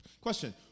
Question